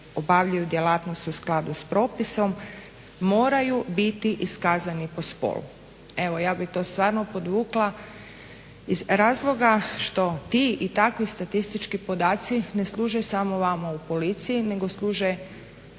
obavljaju djelatnost u skladu s propisom moraju biti iskazani po spolu. Evo ja bih to stvarno podvukla iz razloga što ti i takvi statistički podaci ne služe samo vama u policiji nego služe